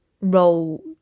role